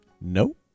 Nope